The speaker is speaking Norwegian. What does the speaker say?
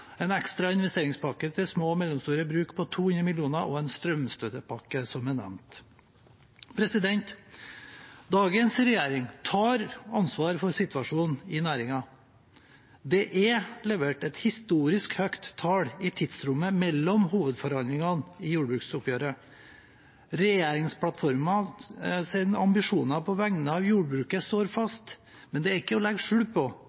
en ekstra investeringspakke til små og mellomstore bruk på 200 mill. kr og en strømstøttepakke – som er nevnt. Dagens regjering tar ansvar for situasjonen i næringen. Det er levert et historisk høyt tall i tidsrommet mellom hovedforhandlingene i jordbruksoppgjøret. Regjeringsplattformens ambisjoner på vegne av jordbruket står fast, men det er ikke å legge skjul på